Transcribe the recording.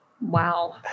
wow